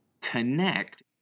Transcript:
connect